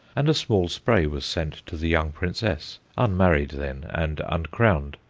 and a small spray was sent to the young princess, unmarried then and uncrowned.